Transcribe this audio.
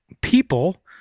people